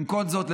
במקום זאת,